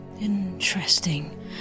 Interesting